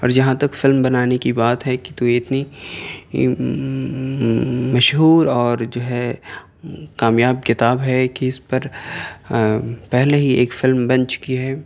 اور جہاں تک فلم بنانے کی بات ہے کہ تو یہ اتنی مشہور اور جو ہے کامیاب کتاب ہے کہ اس پر پہلے ہی ایک فلم بن چکی ہے